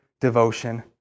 devotion